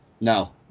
No